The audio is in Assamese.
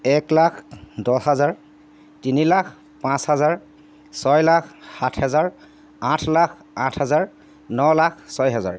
এক লাখ দহ হাজাৰ তিনি লাখ পাঁচ হাজাৰ ছয় লাখ সাত হাজাৰ আঠ লাখ আঠ হাজাৰ ন লাখ ছয় হাজাৰ